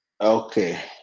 Okay